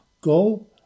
Go